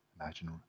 imagine